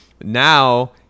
now